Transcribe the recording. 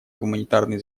гуманитарные